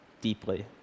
deeply